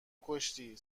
کشتی